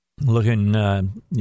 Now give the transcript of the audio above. looking